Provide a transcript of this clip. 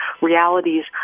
realities